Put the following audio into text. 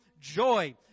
joy